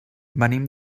venim